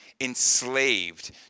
enslaved